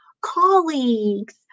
colleagues